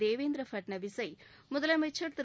தேவேந்திர பட்னாவிசை முதலமைச்சா் திரு